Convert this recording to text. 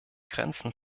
grenzen